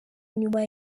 nyuma